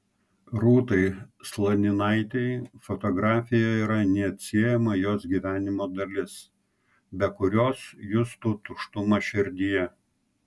rūtai slaninaitei fotografija yra neatsiejama jos gyvenimo dalis be kurios justų tuštumą širdyje